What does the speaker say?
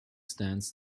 stands